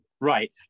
right